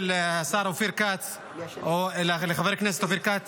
אדוני היושב-ראש, חבריי חברי הכנסת,